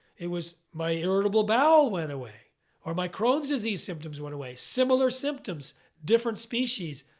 it was my irritable bowel went away or my crohn's disease symptoms went away. similar symptoms, different species,